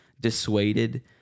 dissuaded